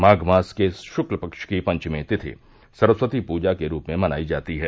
माघ मास के शक्ल पक्ष की पंचमी तिथि सरस्वती पूजा के रूप में मनाई जाती है